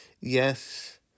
Yes